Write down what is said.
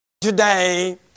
Today